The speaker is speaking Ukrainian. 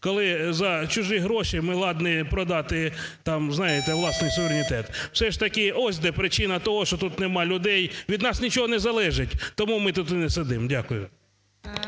коли за чужі гроші ми ладні продати там, знаєте, власний суверенітет. Все ж таки ось де причина того, що тут нема людей. Від нас нічого не залежить, тому ми тут і не сидимо. Дякую.